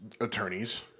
attorneys